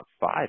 five